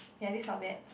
ya this not bad